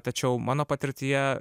tačiau mano patirtyje